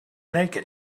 naked